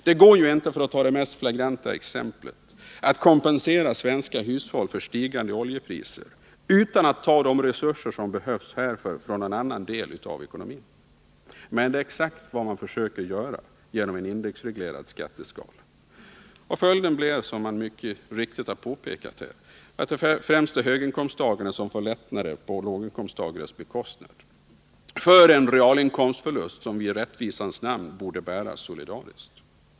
Det går ju inte, för att ta det mest flagranta exemplet, att kompensera svenska hushåll för stigande oljepriser utan att ta de resurser som behövs härför från någon annan del av ekonomin. Men det är exakt vad man försöker göra genom en indexreglerad skatteskala. Följden blir, som mycket riktigt har påpekats här, att höginkomsttagare får lättnader på låginkomsttagares bekostnad för en realinkomstförlust som vi i rättvisans namn borde bära solidariskt.